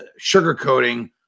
sugarcoating